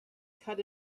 cut